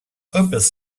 opus